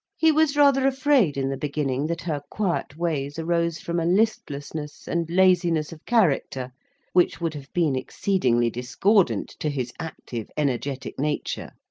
he was rather afraid, in the beginning, that her quiet ways arose from a listlessness and laziness of character which would have been exceedingly discordant to his active energetic nature.